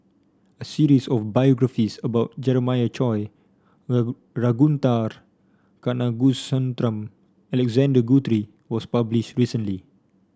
a series of biographies about Jeremiah Choy Ragunathar Kanagasuntheram Alexander Guthrie was published recently